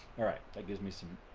all right, that gives me some